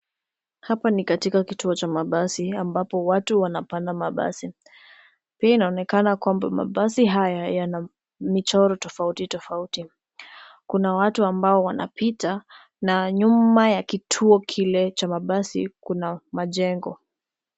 Hapa ni katika kituo cha mabasi ambapo watu wanapanda mabasi. Pia inaonekana kwamba mabasi haya yana michoro tofauti tofauti. Kuna watu ambao wanapita na nyuma ya kituo kile cha mabasi kuna majengo.